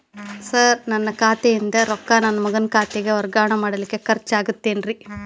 Sir ನನ್ನ ಖಾತೆಯಿಂದ ರೊಕ್ಕ ನನ್ನ ಮಗನ ಖಾತೆಗೆ ವರ್ಗಾವಣೆ ಮಾಡಲಿಕ್ಕೆ ಖರ್ಚ್ ಆಗುತ್ತೇನ್ರಿ?